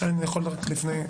אני יכול רק לפני?